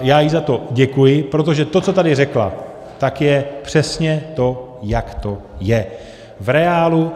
Já jí za to děkuji, protože to, co tady řekla, tak je přesně to, jak to je v reálu.